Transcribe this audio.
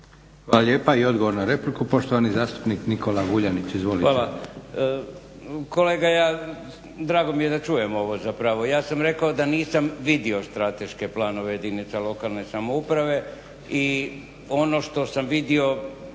**Vuljanić, Nikola (Hrvatski laburisti - Stranka rada)** Hvala. Kolega ja drago mi je da čujem ovo zapravo. Ja sam rekao da nisam vidio strateške planove jedinica lokalne samouprave i ono što sam vidio